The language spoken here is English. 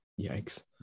Yikes